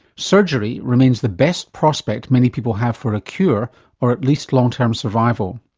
surgery remains the best prospect many people have for a cure or at least long-term survival.